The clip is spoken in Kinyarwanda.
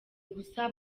gusa